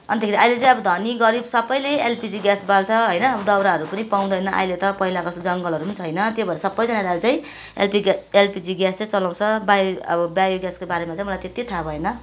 अन्तखेरि अहिले चाहिँ अब धनी गरिब सबैले एलपिजी ग्यास बाल्छ होइन दाउराहरू पनि पाउँदैन अहिले त पहिलाको जस्तो जङ्गलहरू पनि छैन त्यो भएर सबैजनाले चाहिँ एलपिजी ग्यासै चलाउँछ बायो अब बायो ग्यासको बारेमा चाहिँ मलाई त्यति थाहा भएन